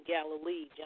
Galilee